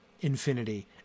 infinity